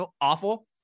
awful